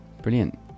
Brilliant